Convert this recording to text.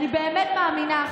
אני באמת מאמינה,